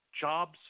jobs